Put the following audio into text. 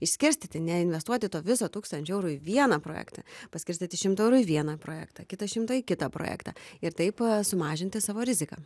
išskirstyti neinvestuoti to viso tūkstančio eurų į vieną projektą paskirstyti šimtą eurų į vieną projektą kitą šimtą į kitą projektą ir taip sumažinti savo riziką